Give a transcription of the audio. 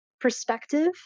perspective